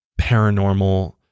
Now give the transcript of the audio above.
paranormal